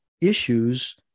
issues